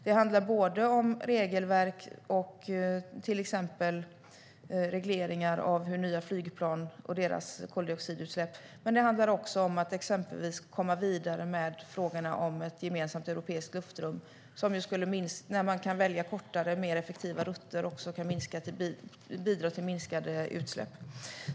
Det handlar om både regelverk och till exempel regleringar av nya flygplan och deras koldioxidutsläpp, men det handlar också om att exempelvis komma vidare med frågorna om ett gemensamt europeiskt luftrum som när man kan välja kortare och mer effektiva rutter också kan bidra till minskade utsläpp.